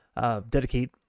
dedicate